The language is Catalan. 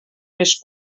més